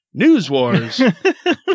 NewsWars